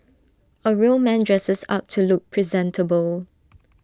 A real man dresses up to look presentable